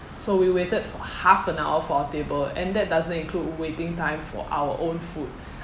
so we waited for half an hour for our table and that doesn't include waiting time for our own food